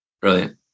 Brilliant